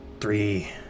Three